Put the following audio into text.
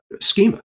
schema